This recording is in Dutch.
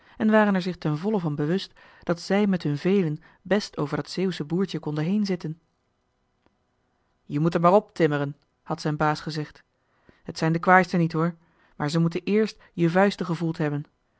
en waren er zich ten volle van bewust dat zij met hun velen best over dat zeeuwsche boertje konden heenzitten je moet er maar ptimmeren had zijn baas gezegd het zijn de kwaaisten niet hoor maar ze moeten eerst je vuisten gevoeld hebben